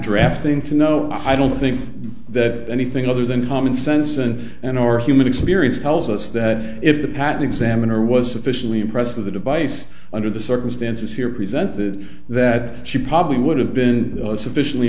drafting to no i don't think that anything other than common sense is an unearthly move experience tells us that if the patent examiner was sufficiently impressed with the device under the circumstances here presented that she probably would have been sufficiently